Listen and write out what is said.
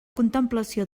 contemplació